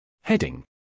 Heading